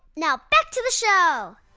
now back to the show